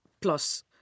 plus